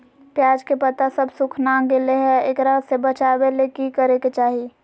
प्याज के पत्ता सब सुखना गेलै हैं, एकरा से बचाबे ले की करेके चाही?